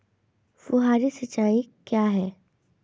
फुहारी सिंचाई क्या है?